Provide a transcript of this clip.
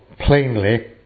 plainly